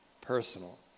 personal